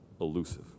elusive